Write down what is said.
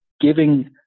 giving